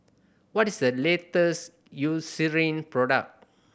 what is the latest Eucerin product